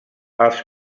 als